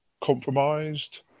compromised